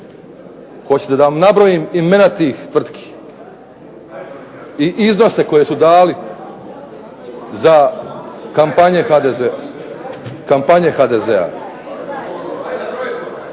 Hoćete li da vam nabrojim imena tih tvrtki i iznose koje su dali za kampanje HDZ-a.